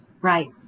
right